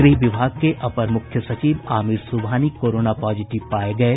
गृह विभाग के अपर मुख्य सचिव आमिर सुबहानी कोरोना पॉजिटिव पाये गये